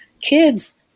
Kids